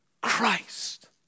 Christ